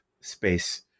space